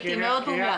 הייתי, מאוד מומלץ.